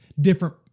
different